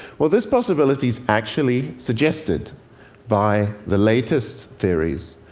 well, this possibility is actually suggested by the latest theories,